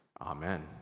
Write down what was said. Amen